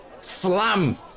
slam